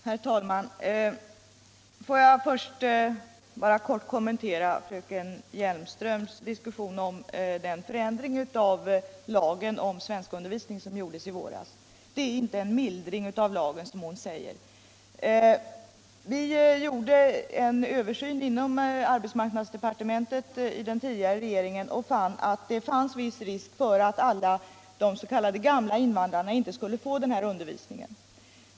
Herr talman! Får jag först kommentera fröken Hjelmströms diskussion om den förändring av lagen om svenskundervisning som gjordes i våras. Det är inte en mildring av lagen, som hon säger. Vi gjorde i den tidigare regeringen en översyn inom arbetsmarknadsdepartementet och konstaterade att det fanns viss risk för att inte alla s.k. gamla invandrare skulle få denna undervisning.